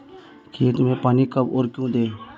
खेत में पानी कब और क्यों दें?